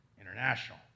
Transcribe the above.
international